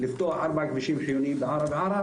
לפתוח ארבעה כבישים חיוניים בערערה,